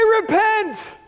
repent